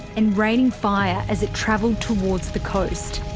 and raining fire as it travelled towards the coast.